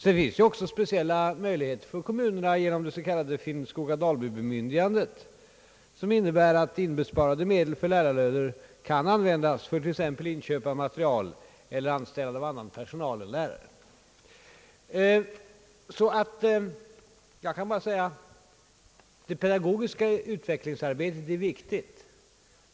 Det finns också speciella möjligheter för kommunerna genom det s.k. Finnskoga-Dalby-bemyndigandet, som innebär att inbesparade medel för lärarlöner kan användas för t.ex. inköp av materiel eller anställning av annan personal än lärare. Det pedagogiska utvecklingsarbetet är viktigt.